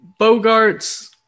Bogarts